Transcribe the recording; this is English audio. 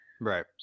Right